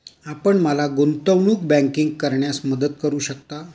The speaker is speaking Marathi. आपण मला गुंतवणूक बँकिंग करण्यात मदत करू शकता?